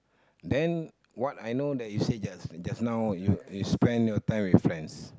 then what I know that you say just just now you you spend your time with friends